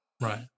Right